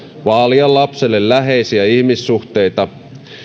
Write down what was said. vaalia lapselle läheisiä ihmissuhteita